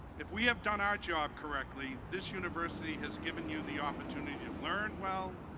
if we have done our job correctly, this university has given you the opportunity to learn well,